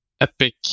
Epic